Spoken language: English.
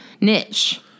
Niche